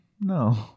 no